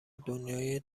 دنیای